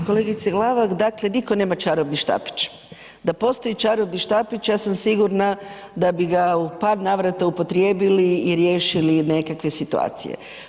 Kolegice Glavak, dakle nitko nema čarobni štapić, da postoji čarobni štapić, ja sam sigurna da bi u par navrata upotrijebili i riješili nekakve situacije.